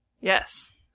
Yes